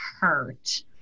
hurt